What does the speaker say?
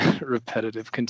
repetitive